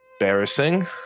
embarrassing